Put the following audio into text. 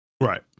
right